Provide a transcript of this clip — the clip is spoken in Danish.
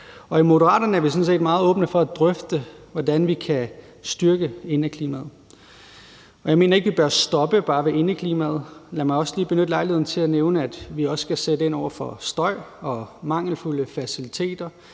i Moderaterne er vi sådan set meget åbne for at drøfte, hvordan vi kan styrke indeklimaet. Jeg mener ikke, vi bør stoppe ved indeklimaet. Lad mig lige benytte lejligheden til at nævne, at vi også skal sætte ind over for støj og mangelfulde faciliteter,